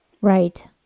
Right